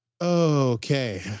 okay